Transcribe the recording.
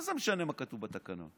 מה זה משנה מה כתוב בתקנון?